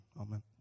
Amen